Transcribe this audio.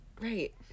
Right